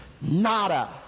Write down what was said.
nada